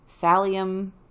thallium